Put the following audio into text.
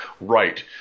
Right